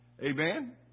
Amen